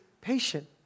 patient